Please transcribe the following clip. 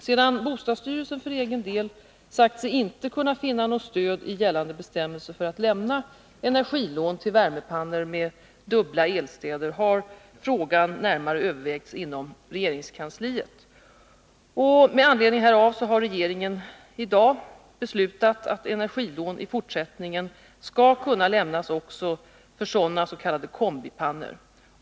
Sedan bostadsstyrelsen för egen del sagt sig inte kunna finna något stöd i gällande bestämmelser för att lämna energilån till värmepannor med dubbla eldstäder har frågan närmare övervägts inom regeringskansliet. Med anledning härav har regeringen i dag beslutat att energilån i fortsättningen skall kunna lämnas också för sådana s.k. kombipannor.